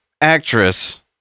actress